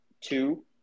two